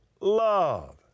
love